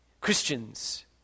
Christians